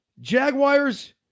Jaguars